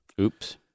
Oops